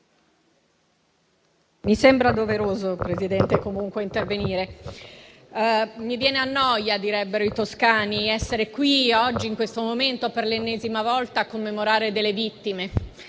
mi sembra doveroso intervenire. Mi viene a noia - come direbbero i toscani - essere qui oggi, in questo momento, per l'ennesima volta a commemorare delle vittime